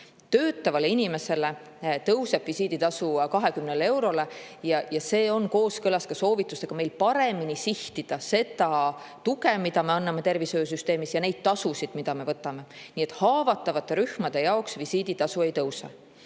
Töötavale inimesele tõuseb visiiditasu 20 eurole ja see on kooskõlas ka soovitustega paremini sihtida seda tuge, mida me anname tervishoiusüsteemis, ja neid tasusid, mida me võtame. Haavatavate rühmade jaoks visiiditasu ei tõuse. Teine